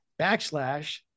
backslash